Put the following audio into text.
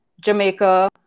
Jamaica